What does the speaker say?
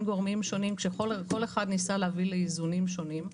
גורמים שונים שכל אחד ניסה להביא לאיזונים שונים,